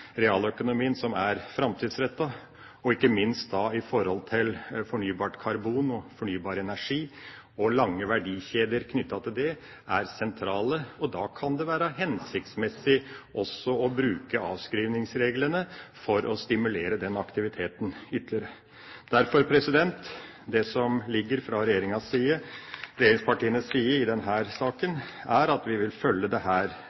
realøkonomien som er framtidsrettet, ikke minst når det gjelder fornybart karbon og fornybar energi. Lange verdikjeder knyttet til det er sentrale, og da kan det være hensiktsmessig også å bruke avskrivningsreglene for å stimulere den aktiviteten ytterligere. Det som foreligger fra regjeringspartienes side i denne saken, er at vi vil følge dette nøye og løpende og bruke den